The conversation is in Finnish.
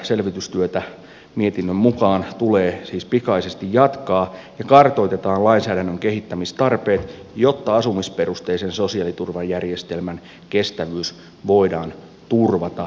selvitystyötä mietinnön mukaan tulee siis pikaisesti jatkaa ja kartoitetaan lainsäädännön kehittämistarpeet jotta asumisperusteisen sosiaaliturvajärjestelmän kestävyys voidaan turvata